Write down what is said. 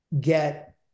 get